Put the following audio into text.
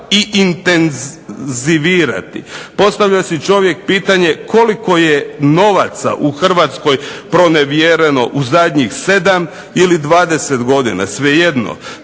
i intenzivirati postavlja si čovjek pitanje, koliko je novaca u Hrvatskoj pronevjereno u zadnjih 7 ili 20 godina, svejedno.